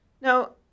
Now